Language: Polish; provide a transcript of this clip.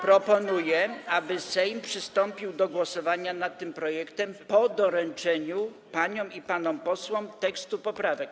proponuję, aby Sejm przystąpił do głosowania nad tym projektem po doręczeniu paniom i panom posłom tekstu poprawek.